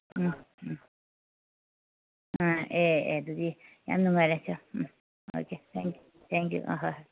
ꯎꯝ ꯎꯝ ꯑꯥ ꯑꯦ ꯑꯦ ꯑꯗꯨꯗꯤ ꯌꯥꯝ ꯅꯨꯡꯉꯥꯏꯔꯦ ꯀꯣ ꯎꯝ ꯑꯣꯀꯦ ꯊꯦꯡꯛ ꯊꯦꯡꯛ ꯌꯨ ꯑꯥ ꯍꯣꯏ ꯍꯣꯏ